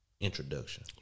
introduction